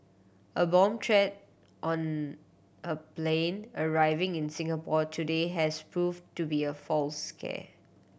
a bomb threat on a plane arriving in Singapore today has prove to be a false scare